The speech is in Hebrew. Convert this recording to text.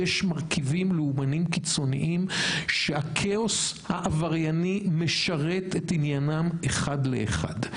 יש מרכיבים לאומניים קיצוניים שהכאוס העברייני משרת את עניינם אחד לאחד.